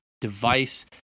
device